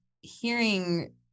hearing